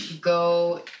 go